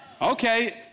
Okay